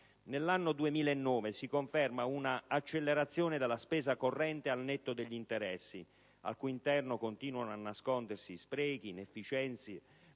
nell'anno 2009 si conferma una accelerazione della spesa corrente al netto degli interessi, al cui interno continuano a nascondersi sprechi, inefficienze,